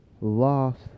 lost